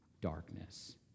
darkness